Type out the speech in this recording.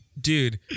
Dude